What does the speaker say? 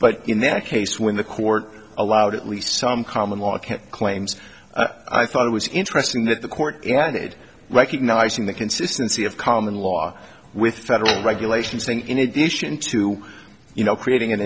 but in that case when the court allowed at least some common law claims i thought it was interesting that the court ended recognizing the consistency of common law with federal regulation saying in addition to you know creating an